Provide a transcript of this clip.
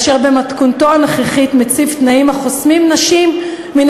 אשר במתכונתו הנוכחית מציב תנאים החוסמים נשים מן